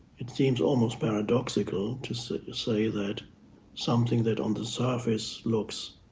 it seems almost paradoxical to say to say that something that on the surface looks